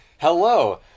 Hello